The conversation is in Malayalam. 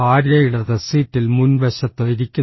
ഭാര്യ ഇടത് സീറ്റിൽ മുൻവശത്ത് ഇരിക്കുന്നു